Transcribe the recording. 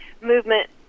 movement